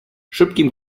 szybkim